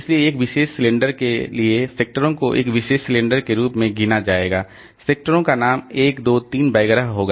इसलिए एक विशेष सिलेंडर के लिए सेक्टरों को एक विशेष सिलेंडर के रूप में गिना जाएगा सेक्टरों का नाम 1 2 3 वगैरह होगा